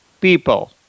people